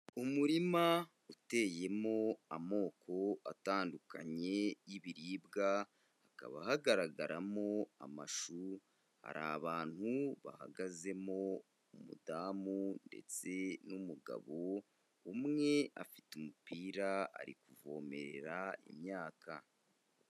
Umurima uteyemo amoko atandukanye y'ibiribwa, hakaba hagaragaramo amashu, hari abantu bahagazemo umudamu ndetse n'umugabo, umwe afite umupira ari kuvomerera imyaka.